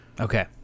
Okay